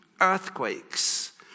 Earthquakes